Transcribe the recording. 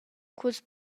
culs